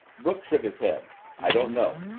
brooks shook his head. i don't know.